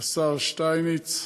השר שטייניץ.